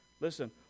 Listen